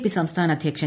P സംസ്ഥാന അദ്ധ്യക്ഷൻ